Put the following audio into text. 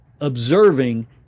Observing